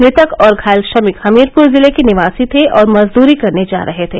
मृतक और घायल श्रमिक हमीरपुर जिले के निवासी थे और मजदूरी करने जा रहे थे